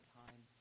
time